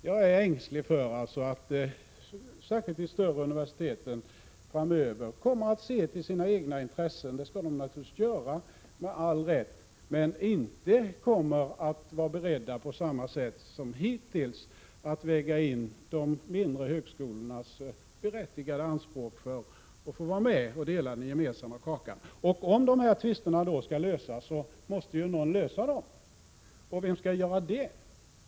Jag är alltså ängslig för att särskilt de större universiteten framöver kommer att se till sina egna intressen — det skall de naturligtvis göra med all rätt — men inte kommer att vara beredda på samma sätt som hittills att väga in de mindre högskolornas berättigade anspråk på att få vara med och dela den gemensamma kakan. Och om de här tvisterna skall lösas, måste ju någon lösa dem. Vem skall göra det?